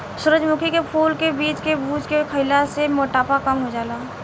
सूरजमुखी के फूल के बीज के भुज के खईला से मोटापा कम हो जाला